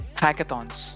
hackathons